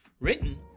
Written